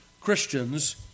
Christians